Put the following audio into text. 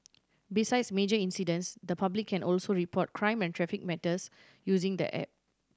besides major incidents the public can also report crime and traffic matters using the app